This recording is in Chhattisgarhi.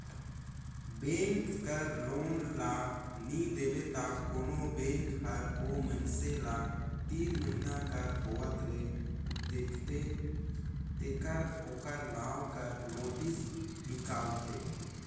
बेंक कर लोन ल नी देबे त कोनो बेंक हर ओ मइनसे ल तीन महिना कर होवत ले देखथे तेकर ओकर नांव कर नोटिस हिंकालथे